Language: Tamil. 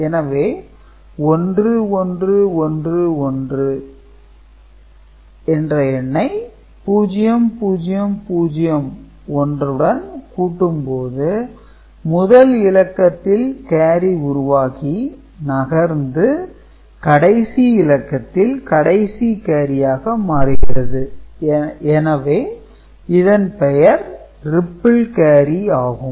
எனவே 1111 ஐ 0001 உடன் கூட்டும் போது முதல் இலக்கத்தில் கேரி உருவாகி நகர்ந்து கடைசி இலக்கத்தில் கடைசி கேரியாக மாறுகிறது எனவே இதன் பெயர் ரிப்பிள் கேரி ஆகும்